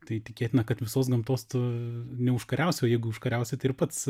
tai tikėtina kad visos gamtos tu neužkariausi o jeigu užkariausi tai ir pats